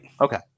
Okay